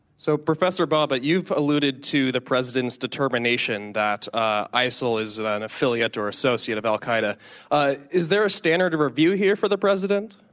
so, professor bobbitt, you've alluded to the president's determination that ah isil is an affiliate or associate of al qaeda. ah is there a standard of review here for the president?